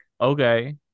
Okay